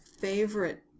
favorite